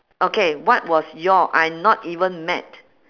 okay what was your I'm not even mad